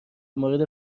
مورد